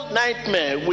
nightmare